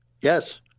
Yes